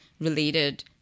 related